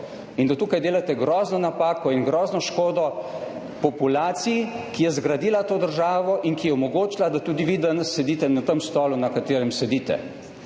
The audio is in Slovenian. in da delate tukaj grozno napako in grozno škodo populaciji, ki je zgradila to državo in ki je omogočila, da tudi vi danes sedite na tem stolu, na katerem sedite.